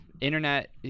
Internet